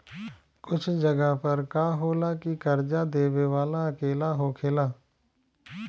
कुछ जगह पर का होला की कर्जा देबे वाला अकेला होखेला